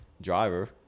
driver